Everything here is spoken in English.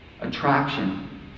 Attraction